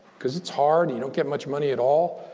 because it's hard. you don't get much money at all.